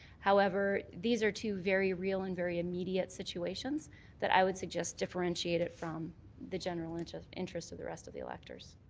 however, these are two very real and very immediate situations i would suggest differentiated from the general interests interests of the rest of the electors.